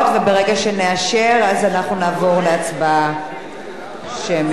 וברגע שנאשר אנחנו נעבור להצבעה שמית.